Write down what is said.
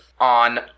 on